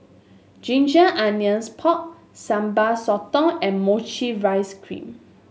Ginger Onions Pork Sambal Sotong and mochi rice cream